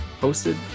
posted